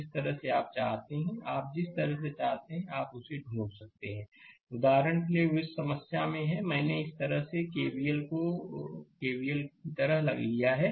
जिस तरह से आप चाहते हैं आप जिस तरह से आप चाहते हैं आप उसे ढूंढ सकते हैं उदाहरण के लिए वे उस समस्या में हैं मैंने इस तरह से केवीएल को केवीएल की तरह लिया है